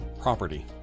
property